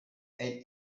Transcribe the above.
elle